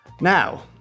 Now